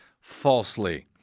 falsely